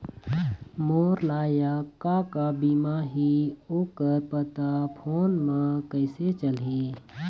मोर लायक का का बीमा ही ओ कर पता फ़ोन म कइसे चलही?